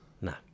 No